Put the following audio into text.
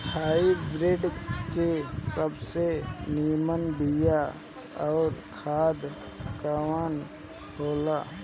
Hybrid के सबसे नीमन बीया अउर खाद कवन हो ला?